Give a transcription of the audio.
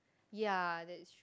ya that's